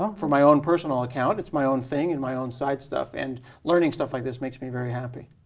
um for my own personal account, it's my own thing and my own side stuff, and learning stuff like this makes me very happy.